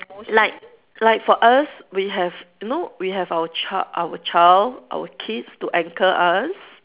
like like for us we have you know we have our ch~ our child our kids to anchor us